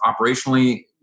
operationally